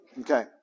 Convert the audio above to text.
Okay